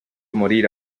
morir